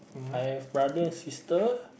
I have brother sister